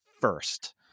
first